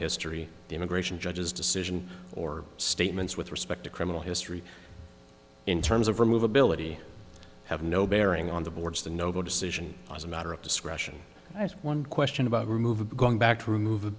history the immigration judge's decision or statements with respect to criminal history in terms of remove ability have no bearing on the board's the no decision as a matter of discretion as one question about removing going back to remove